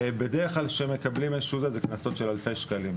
בדרך כלל כשמקבלים זה קנסות של אלפי שקלים,